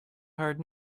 hard